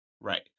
Right